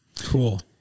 Cool